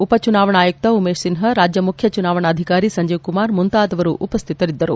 ಉಪ ಚುನಾವಣಾ ಆಯುಕ್ತ ಉಮೇಶ್ ಸಿನ್ಹಾ ರಾಜ್ಯ ಮುಖ್ಯ ಚುನಾವಣಾಧಿಕಾರಿ ಸಂಜೀವ್ ಕುಮಾರು ಮತ್ತಿತರರು ಉಪಸ್ತಿತರಿದ್ದರು